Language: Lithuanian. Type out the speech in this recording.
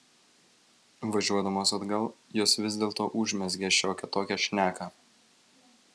važiuodamos atgal jos vis dėlto užmezgė šiokią tokią šneką